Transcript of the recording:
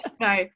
no